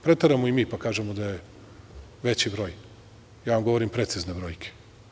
Preteramo i mi, pa kažemo da je veći broj, ja vam govorim precizno brojke.